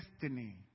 destiny